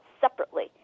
separately